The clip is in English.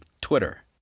Twitter